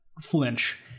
flinch